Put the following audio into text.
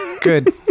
Good